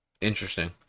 Interesting